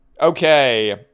okay